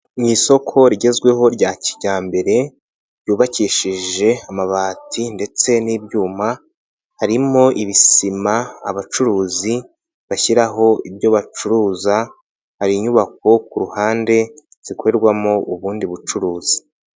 Mu isoko rigezweho rya kijyambere ryubakishije amabati ndetse n'ibyuma, harimo ibisima abacuruzi bashyiraho ibyo bacuruza, hari inyubako ku ruhande zikorerwamo ubundi bucuruzi.